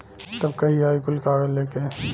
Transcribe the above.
तब कहिया आई कुल कागज़ लेके?